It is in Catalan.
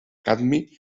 cadmi